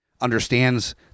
understands